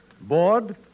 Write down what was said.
board